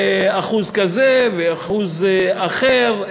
אחוז כזה ואחוז אחר,